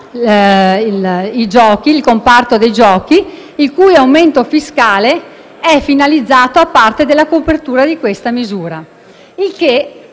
in materia di giochi, il cui aumento fiscale è finalizzato a parte della copertura di questa misura. Ciò